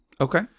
Okay